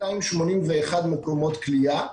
281 מקומות כליאה,